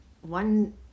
one